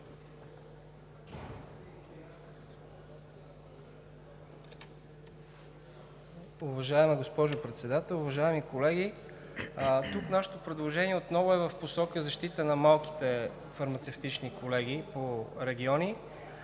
Уважаема госпожо Председател, уважаеми колеги! Тук нашето предложение отново е в посока защита на малките фармацевтични колегии по региони.